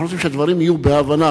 אנחנו רוצים שהדברים יהיו בהבנה.